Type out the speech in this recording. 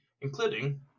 Including